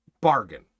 bargain